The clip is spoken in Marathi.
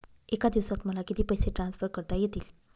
एका दिवसात मला किती पैसे ट्रान्सफर करता येतील?